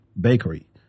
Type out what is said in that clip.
bakery